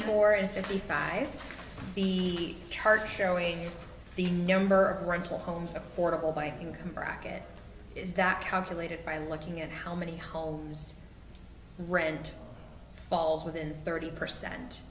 four and fifty five the chart showing the number of rental homes affordable by income bracket is that calculated by looking at how many homes rent falls within thirty percent